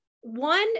one